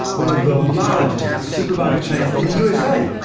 one of the largest supermarket chains in the usa,